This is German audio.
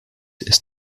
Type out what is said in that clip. ist